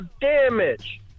damage